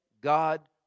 God